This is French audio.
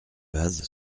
vase